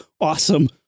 awesome